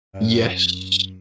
Yes